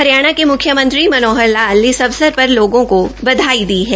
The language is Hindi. हरियाणा के मुख्यमंत्री मनोहर लाल ने इस अवसर पर लोगों को बधाई दी है